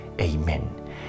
Amen